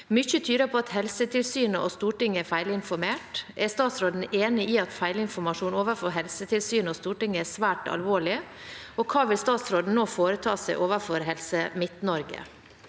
Mye tyder på at Helsetilsynet og Stortinget er feilinformert. Er statsråden enig i at feilinformasjon overfor Helsetilsynet og Stortinget er svært alvorlig, og hva vil statsråden nå foreta seg overfor Helse Midt-Norge?»